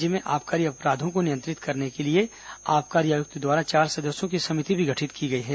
राज्य में आबकारी अपराधों को नियंत्रित करने के लिए आबकारी आयुक्त द्वारा चार सदस्यों की समिति भी गठित की गई है